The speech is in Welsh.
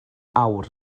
awr